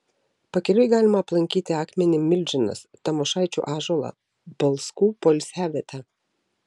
pakeliui galima aplankyti akmenį milžinas tamošaičių ąžuolą balskų poilsiavietę